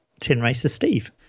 TinRacerSteve